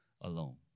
alone